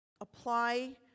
apply